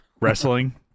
wrestling